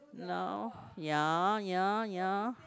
now ya ya ya